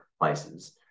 places